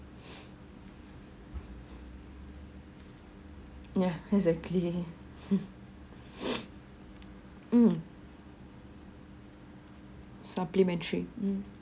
yeah exactly mm supplementary mm